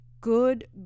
good